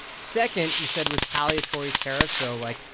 second, you said retaliatory tariffs so, like,